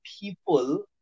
people